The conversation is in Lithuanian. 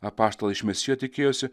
apaštalai iš mesijo tikėjosi